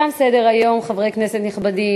תם סדר-היום, חברי כנסת נכבדים.